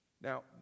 Now